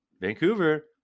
vancouver